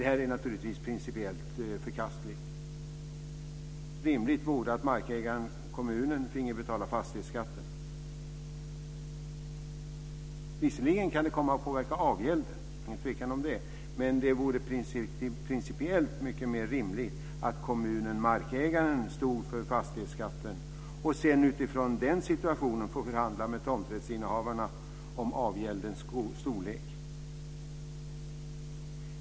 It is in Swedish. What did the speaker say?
Det är naturligtvis principiellt förkastligt. Rimligt vore att markägaren, kommunen, finge betala fastighetsskatten. Visserligen kan det komma att påverka avgälden, det är ingen tvekan om det. Men det vore principiellt mer rimligt att kommunen, markägaren, stod för fastighetsskatten och utifrån den situationen förhandlade med tomträttsinnehavarna om avgäldens storlek.